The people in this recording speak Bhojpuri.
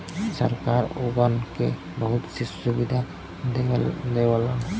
सरकार ओगन के बहुत सी सुविधा देवला